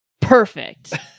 perfect